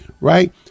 right